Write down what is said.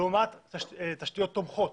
לעומת תשתיות תומכות